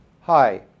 Hi